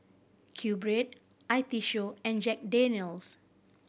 QBread I T Show and Jack Daniel's